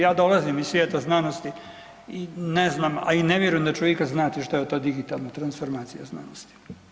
Ja dolazim iz svijeta znanosti i ne znam, a i ne vjerujem da ću ikad znati što je to „digitalna transformacija znanosti“